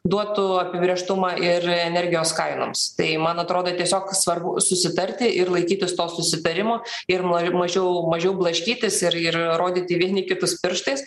duotų apibrėžtumą ir energijos kainoms tai man atrodo tiesiog svarbu susitarti ir laikytis to susitarimo ir mari mažiau mažiau blaškytis ir ir rodyti vieni kitus pirštais